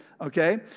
Okay